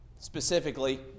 specifically